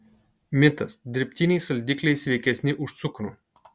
mitas dirbtiniai saldikliai sveikesni už cukrų